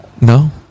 No